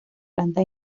planta